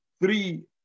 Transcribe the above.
three